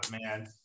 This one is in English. man